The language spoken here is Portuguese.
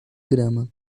grama